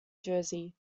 jersey